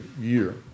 year